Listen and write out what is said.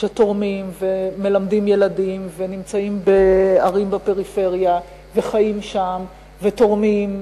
שתורמים ומלמדים ילדים ונמצאים בערים בפריפריה וחיים שם ותורמים,